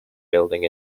building